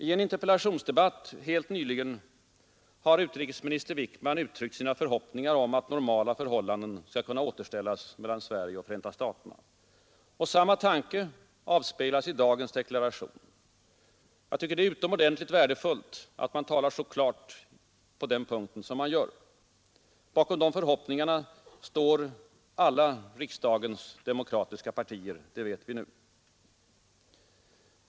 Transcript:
I en interpellationsdebatt helt nyligen har utrikesminister Wickman uttryckt sina förhoppningar om att normala förhållanden skall kunna återställas mellan Sverige och Förenta staterna. Samma tanke avspeglas i dagens deklaration. Jag tycker att:det är utomordentligt värdefullt att man talar så klart på den punkten som man gör. Bakom dessa förhoppningar står riksdagens alla demokratiska partier — det vet vi nu.